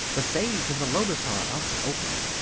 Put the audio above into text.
the sage and the lotus are about to open.